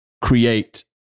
create